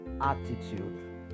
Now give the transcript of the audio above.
attitude